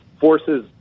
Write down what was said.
forces